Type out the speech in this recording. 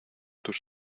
tus